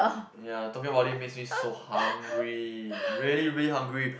ya talking about this make me so hungry really really hungry